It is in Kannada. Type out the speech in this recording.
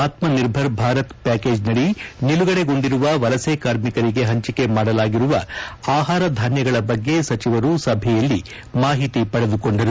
ಆತ್ಪರ್ಧರ್ ಭಾರತ್ ಪ್ಯಾಕೇಜ್ನಡಿ ನಿಲುಗಡೆಗೊಂಡಿರುವ ವಲಸೆ ಕಾರ್ಮಿಕರಿಗೆ ಪಂಚಿಕೆ ಮಾಡಲಾಗಿರುವ ಆಪಾರಧಾನ್ಯಗಳ ಬಗ್ಗೆ ಸಚಿವರು ಸಭೆಯಲ್ಲಿ ಮಾಹಿತಿ ಪಡೆದುಕೊಂಡರು